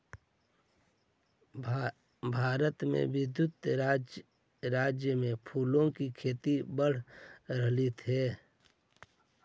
भारत के विभिन्न राज्यों में फूलों की खेती बढ़ते रहलइ हे